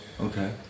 okay